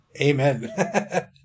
Amen